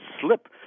slip